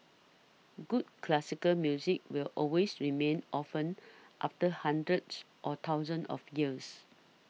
good classical music will always remain often after hundreds or thousands of years